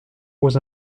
aux